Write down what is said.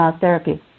therapy